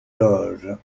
loges